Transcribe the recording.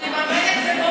אם אתם,